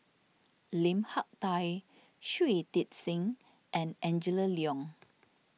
Lim Hak Tai Shui Tit Sing and Angela Liong